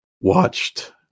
watched